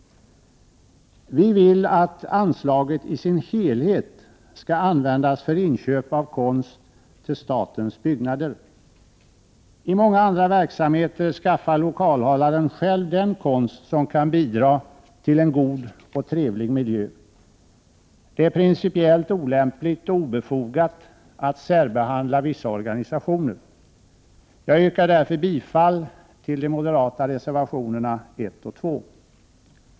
Vi vill att anslaget i sin helhet skall användas för inköp av konst till statens byggnader. I många andra verksamheter skaffar lokalhållaren själv den konst som kan bidra till en god och trevlig miljö. Det är principiellt olämpligt och obefogat att särbehandla vissa organisationer. Jag yrkar därför bifall till de moderata reservationerna 1 och 2.